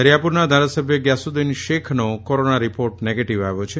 દરિયાપુરના ધારાસભ્ય ગ્યાસુદીન શેખનો corona report negative આવ્યો છે